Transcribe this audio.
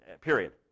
period